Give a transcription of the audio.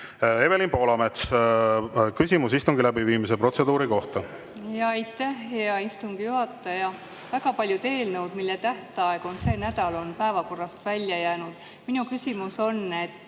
Evelin Poolamets, küsimus istungi läbiviimise protseduuri kohta. Aitäh, hea istungi juhataja! Väga palju eelnõusid, mille tähtaeg on sel nädalal, on päevakorrast välja jäänud. Minu küsimus on,